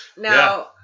Now